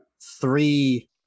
three